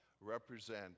represent